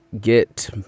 get